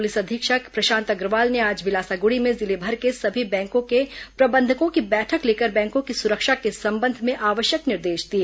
police अधीक्षक प्रशांत अग्रवाल ने आज बिलासागुड़ी में जिलेमर के सभी बैंकों के प्रबंधकों की बैठक लेकर बैंकों की सुरक्षा के संबंध में आवश्यक निर्देश दिए